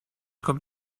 kommt